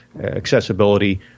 accessibility